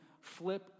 flip